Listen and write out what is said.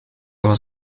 was